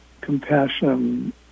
compassion